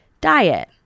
diet